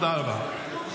אני מבקש שתטפל בהפרעה הזאת.